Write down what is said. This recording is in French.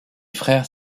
frères